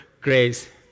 Grace